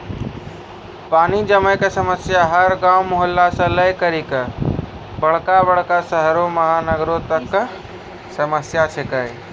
पानी जमै कॅ समस्या हर गांव, मुहल्ला सॅ लै करिकॅ बड़का बड़का शहरो महानगरों तक कॅ समस्या छै के